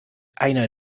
eine